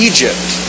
Egypt